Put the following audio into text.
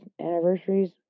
anniversaries